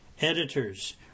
Editors